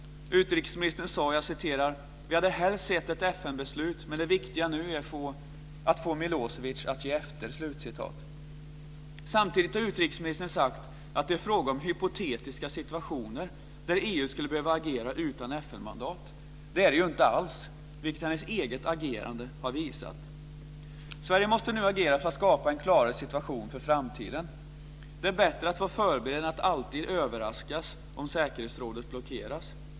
Utrikesministern sade: "Vi hade helst sett ett FN beslut. Men det viktiga nu är att få Milo evic att ge efter." Samtidigt har utrikesministern sagt att det är fråga om hypotetiska situationer där EU skulle behöva agera utan FN-mandat. Det är det inte alls, vilket hennes eget agerande har visat. Sverige måste nu agera för att skapa en klarare situation för framtiden. Det är bättre att vara förberedd än att alltid överraskas om säkerhetsrådet blockeras.